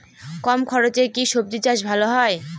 কম খরচে কি সবজি চাষ ভালো হয়?